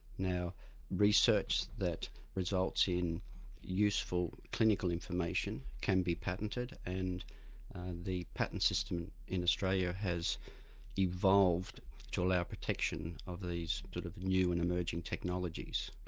now research that results in useful clinical information can be patented, and the patent system in australia has evolved to allow protection of these sort of new and emerging technologies.